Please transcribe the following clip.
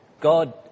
God